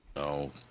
No